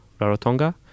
Rarotonga